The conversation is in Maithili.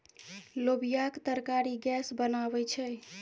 लोबियाक तरकारी गैस बनाबै छै